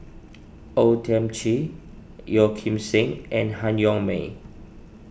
O Thiam Chin Yeo Kim Seng and Han Yong May